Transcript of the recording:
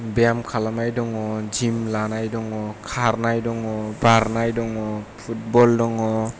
ब्याम खालामनाय दङ जिम लानाय दङ खारनाय दङ बारनाय दङ फुटबल दङ